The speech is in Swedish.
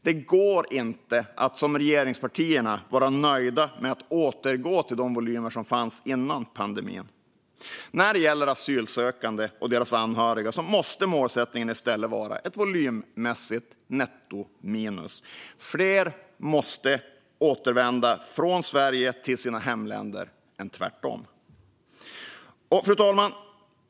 Det går inte att, som regeringspartierna, vara nöjd med att återgå till hur volymerna var innan pandemin. När det gäller asylsökande och deras anhöriga måste målsättningen i stället vara ett volymmässigt nettominus. Fler måste återvända från Sverige till sina hemländer än tvärtom. Fru talman!